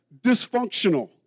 dysfunctional